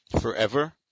forever